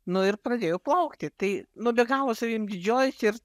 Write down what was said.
nu ir pradėjau plaukti tai nu be galo savim didžiuojuosi ir